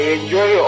enjoy